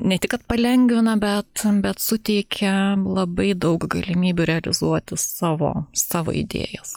ne tik kad palengvina bet bet suteikia labai daug galimybių realizuoti savo savo idėjas